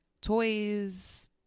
toys